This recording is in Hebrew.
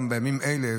גם בימים אלו,